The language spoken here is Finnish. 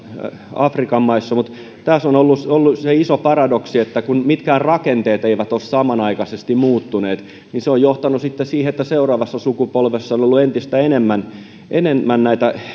afrikan maissa mutta tässä on ollut se ollut se iso paradoksi että kun mitkään rakenteet eivät ole samanaikaisesti muuttuneet niin se on johtanut sitten siihen että seuraavassa sukupolvessa on on ollut entistä enemmän enemmän näitä